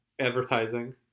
Advertising